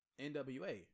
NWA